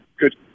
good